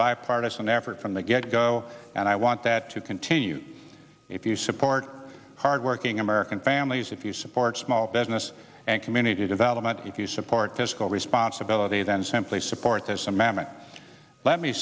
bipartisan effort from the get go and i want that to continue if you support hardworking american families if you support small business and community development if you support fiscal responsibility then simply support this amendment let me